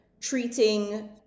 treating